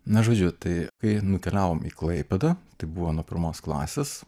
na žodžiu tai kai nukeliavom į klaipėdą tai buvo nuo pirmos klasės